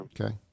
Okay